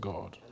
God